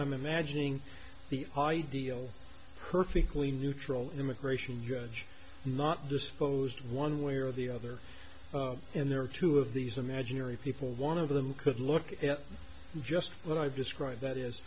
i'm imagining the ideal perfectly neutral immigration judge not disposed one way or the other and there are two of these imaginary people one of them could look at just what i've described that is